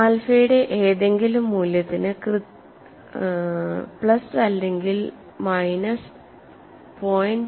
ആൽഫയുടെ ഏതെങ്കിലും മൂല്യത്തിന് കൃത്യത പ്ലസ് അല്ലെങ്കിൽ മൈനസ് 0